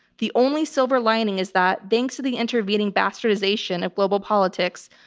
the only silver lining is that thanks to the intervening bastardization of global politics,